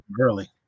early